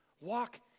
Walk